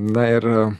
na ir